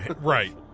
right